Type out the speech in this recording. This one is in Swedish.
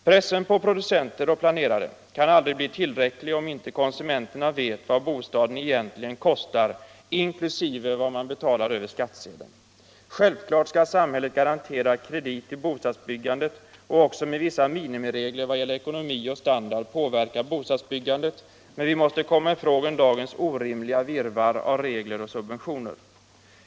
Pressen på producenter och planerare kan aldrig bli tillräcklig om inte konsumenterna vet vad bostaden egentligen kostar, inkl. vad man betalar över skattsedeln. Självklart skall samhället garantera kredit till bostadsbyggandet och också med vissa minimiregler vad gäller ekonomi och standard påverka bostadsbyggandet, men vi måste komma ifrån dagens orimliga virrvarr av regler och subventioner.